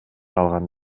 алган